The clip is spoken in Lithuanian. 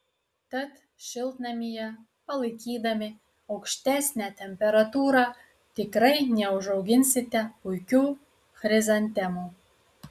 tad šiltnamyje palaikydami aukštesnę temperatūrą tikrai neužauginsite puikių chrizantemų